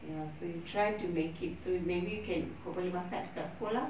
ya so you try to make it so maybe you can kau boleh masak dekat sekolah